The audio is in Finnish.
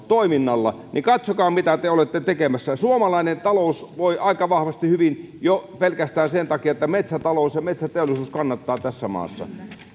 toiminnalla katsokaa mitä te olette tekemässä suomalainen talous voi aika vahvasti hyvin jo pelkästään sen takia että metsätalous ja metsäteollisuus kannattaa tässä maassa